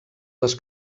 les